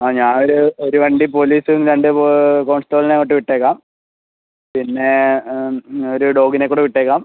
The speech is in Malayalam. ആ ഞാൻ ഒര് ഒരു വണ്ടി പോലീസും രണ്ട് കോൺസ്റ്റബിളിനെ അങ്ങോട്ട് വിട്ടേക്കാം പിന്നെ ഒരു ഡോഗിനെ കൂടെ വിട്ടേക്കാം